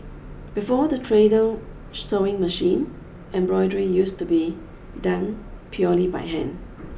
before the treadle sewing machine embroidery used to be done purely by hand